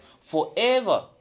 forever